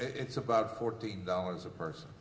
it's about fourteen dollars a person